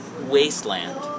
wasteland